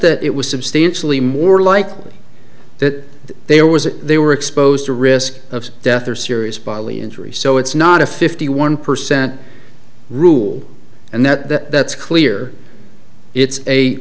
that it was substantially more likely that there was they were exposed to risk of death or serious bodily injury so it's not a fifty one percent rule and that clear it's a